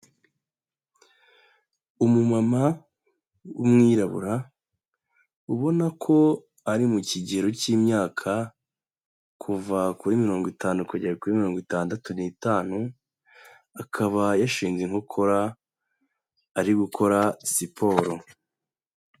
Umumama w'umwirabura, ubona ko ari mu kigero cy'imyaka kuva kuri mirongo itanu kugera kuri mirongo itandatu n'itanu, akaba yashinze inkokora ari gukora siporo.